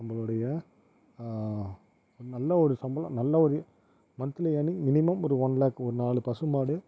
நம்பளுடைய நல்ல ஒரு சம்பளம் நல்ல ஒரு மந்த்லி ஏர்னிங் மினிமம் ஒரு ஒன் லேக் ஒரு நாலு பசு மாடு